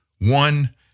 One